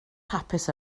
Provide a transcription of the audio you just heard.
hapus